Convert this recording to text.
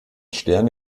stern